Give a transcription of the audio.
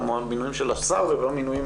במינויים של השר ובמינויים